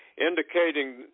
indicating